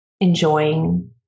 enjoying